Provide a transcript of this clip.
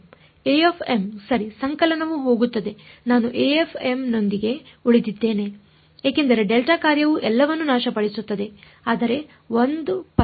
am ಸರಿ ಸಂಕಲನವು ಹೋಗುತ್ತದೆ ನಾನು am ನೊಂದಿಗೆ ಉಳಿದಿದ್ದೇನೆ ಏಕೆಂದರೆ ಡೆಲ್ಟಾ ಕಾರ್ಯವು ಎಲ್ಲವನ್ನೂ ನಾಶಪಡಿಸುತ್ತದೆ ಆದರೆ 1 ಪಲ್ಸ್